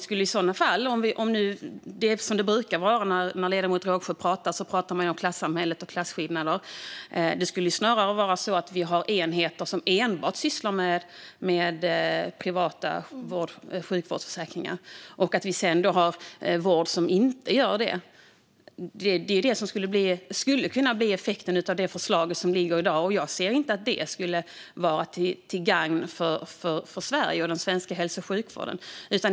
När ledamoten Rågsjö pratar brukar det ju handla om klassamhället och klasskillnader, och vi skulle i så fall snarare få enheter som enbart sysslade med privata sjukvårdsförsäkringar och sedan ha vård som inte gjorde det. Det skulle kunna bli effekten av det förslag som ligger på bordet i dag. Jag ser inte att det skulle vara till gagn för Sverige och den svenska hälso och sjukvården.